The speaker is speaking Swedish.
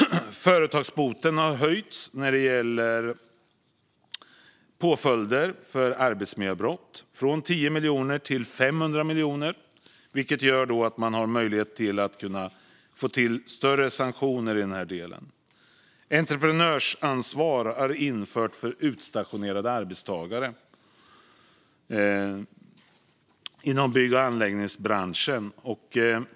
Företagsboten har höjts när det gäller påföljder för arbetsmiljöbrott - från 10 miljoner till 500 miljoner. Det gör att man har möjlighet att kunna få till större sanktioner i den delen. Entreprenörsansvar är infört för utstationerade arbetstagare inom bygg och anläggningsbranschen.